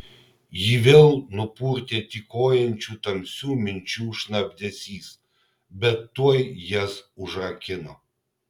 jį vėl nupurtė tykojančių tamsių minčių šnabždesys bet tuoj jas užrakino